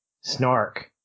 snark